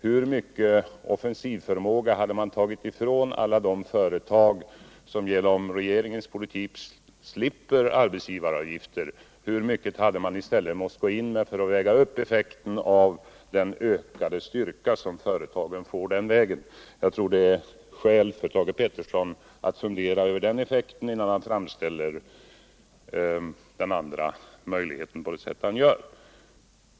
Hur mycken offensivförmåga hade man inte därmed tagit ifrån alla de företag som nu genom regeringens politik slipper betala arbetsgivaravgiften? Hur mycket pengar skulle man då inte i stället ha måst gå in med för att ge företagen den styrka som de nu får på det här sättet? Jag tror att det finns skäl för Thage Peterson att fundera över vilken effekt den vidtagna åtgärden får, innan han 181 framställer den andra möjligheten på det sätt som han gör.